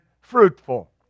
fruitful